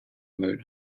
mode